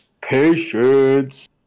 Patience